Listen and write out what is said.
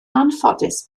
anffodus